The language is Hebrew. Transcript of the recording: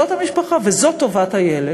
זאת המשפחה וזאת טובת הילד.